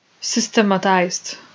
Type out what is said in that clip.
systematized